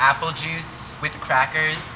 apple juice with crackers